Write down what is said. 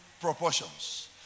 proportions